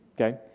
okay